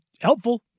Helpful